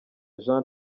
jean